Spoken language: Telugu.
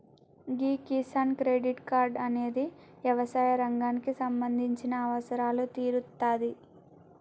గీ కిసాన్ క్రెడిట్ కార్డ్ అనేది యవసాయ రంగానికి సంబంధించిన అవసరాలు తీరుత్తాది